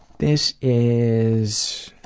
this is